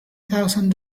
thousand